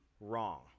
wrong